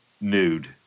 nude